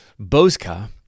Bozka